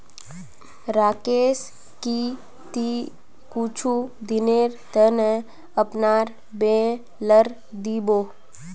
राकेश की ती कुछू दिनेर त न अपनार बेलर दी बो